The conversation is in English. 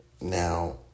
Now